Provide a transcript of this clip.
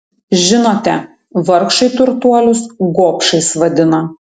žinote vargšai turtuolius gobšais vadina